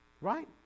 right